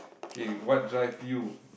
okay what drive you